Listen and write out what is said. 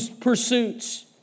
pursuits